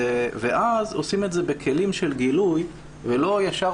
ואז עושים את זה בכלים של גילוי ולא ישר